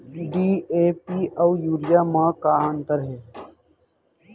DAP अऊ urea म का अंतर हे?